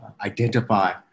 identify